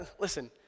listen